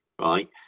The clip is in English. right